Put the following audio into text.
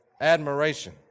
admiration